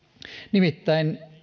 nimittäin